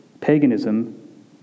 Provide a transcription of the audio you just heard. paganism